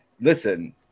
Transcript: listen